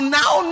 now